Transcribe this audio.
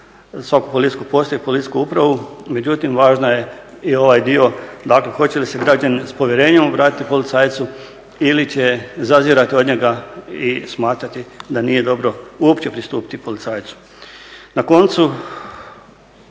svaku policijsku postaju i policijsku upravu. Međutim, važan je i ovaj dio dakle hoće li se građani s povjerenjem obratiti policajcu ili će zazirati od njega i smatrati da nije dobro uopće pristupiti policajcu. Na koncu